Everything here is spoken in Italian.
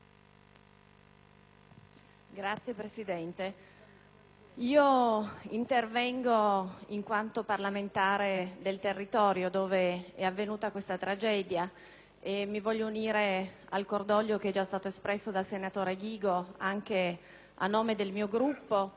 Signora Presidente, intervengo in quanto parlamentare del territorio dove è avvenuta questa tragedia. Intendo unirmi al cordoglio, che è già stato espresso dal senatore Ghigo, anche a nome del mio Gruppo.